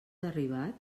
arribat